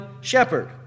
shepherd